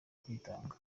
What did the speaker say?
kwitanga